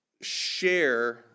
share